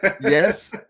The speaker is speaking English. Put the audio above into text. Yes